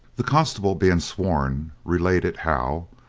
the constable being sworn, related how,